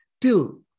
till